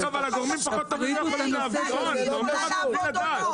הגורמים הפחות טובים לא יכולים ------ אני יכולה לעבוד או לא?